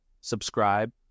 subscribe